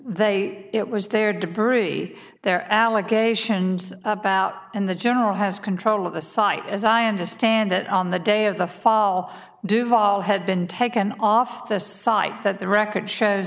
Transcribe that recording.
they it was their debris there are allegations about and the general has control of the site as i understand that on the day of the fall duvall had been taken off the site that the record shows